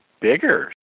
bigger